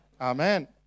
Amen